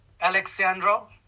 Alexandro